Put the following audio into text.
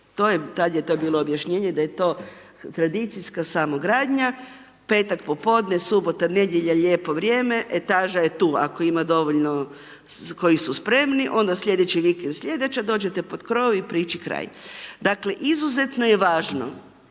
tad je to bilo objašnjenje da je to tradicijska samogradnja, petak popodne, subota, nedjelja, lijepo vrijeme, etaža je tu ako ima dovoljno koji su spremni, onda sljedeći vikend, sljedeća, dođete pod krov i priči kraj. Dakle, izuzetno je važno